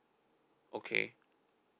okay